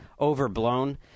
overblown